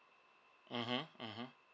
mmhmm mmhmm